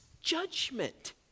judgment